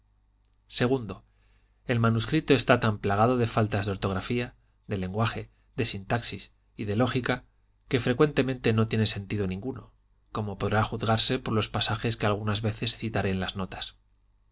o el manuscrito está tan plagado de faltas de ortografía de lenguaje de sintaxis y de lógica que frecuentemente no tiene sentido ninguno como podrá juzgarse por los pasajes que algunas veces citaré en las notas